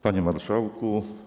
Panie Marszałku!